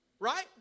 Right